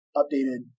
updated